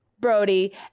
brody